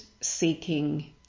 seeking